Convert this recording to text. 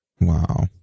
Wow